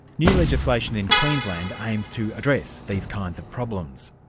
new legislation in queensland aims to address these kinds of problems.